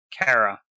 Kara